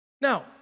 Now